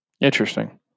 Interesting